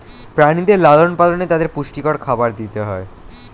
প্রাণীদের লালন পালনে তাদের পুষ্টিকর খাবার দিতে হয়